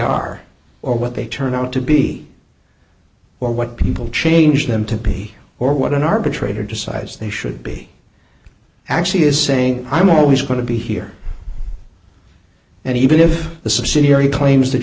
are or what they turn out to be or what people change them to be or what an arbitrator decides they should be actually is saying i'm always going to be here and even if the subsidiary claims that